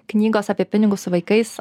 knygos apie pinigus su vaikais